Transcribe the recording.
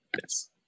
yes